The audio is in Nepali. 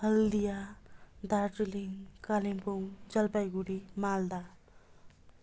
हल्दिया दार्जिलिङ कालेबुङ जलपाइगुडी मालदा